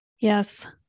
Yes